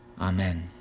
Amen